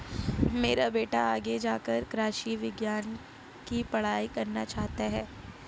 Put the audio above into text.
मेरा बेटा आगे जाकर कृषि विज्ञान की पढ़ाई करना चाहता हैं